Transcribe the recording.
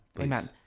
amen